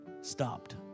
Stopped